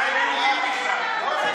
אולי הם יהודים בכלל?